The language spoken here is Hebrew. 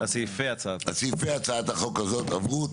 סעיפי החוק הצעת החוק עברו.